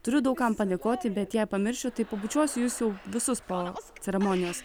turiu daug kam padėkoti bet jei pamiršiu tai pabučiuosiu jūs jau visus po ceremonijos